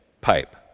pipe